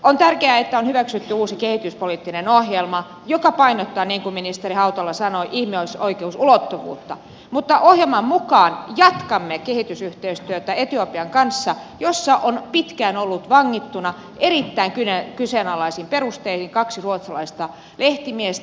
on tärkeää että on hyväksytty uusi kehityspoliittinen ohjelma joka painottaa niin kuin ministeri hautala sanoi ihmisoikeusulottuvuutta mutta ohjelman mukaan jatkamme kehitysyhteistyötä etiopian kanssa jossa on pitkään ollut vangittuna erittäin kyseenalaisin perustein kaksi ruotsalaista lehtimiestä